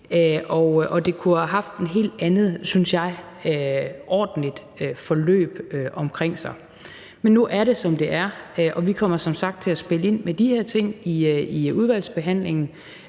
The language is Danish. det kunne have haft et helt andet – synes jeg – ordentligt forløb omkring sig. Men nu er det, som det er, og vi kommer som sagt til at spille ind med de her ting i udvalgsbehandlingen.